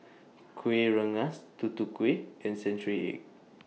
Kuih Rengas Tutu Kueh and Century Egg